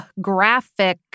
graphic